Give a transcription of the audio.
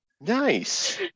Nice